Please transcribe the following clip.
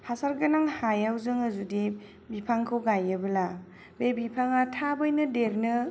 हासार गोनां हायाव जोङो जुदि बिफांखौ गायोब्ला बे बिफाङा थाबैनो देरनो